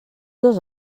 dos